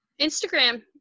instagram